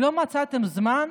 לא מצאתם זמן?